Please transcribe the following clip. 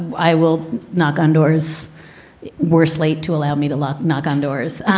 i will knock on doors worst late to allow me to lock knock on doors,